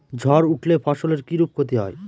ঝড় উঠলে ফসলের কিরূপ ক্ষতি হয়?